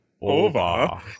Over